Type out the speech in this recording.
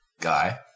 guy